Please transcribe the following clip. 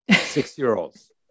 six-year-olds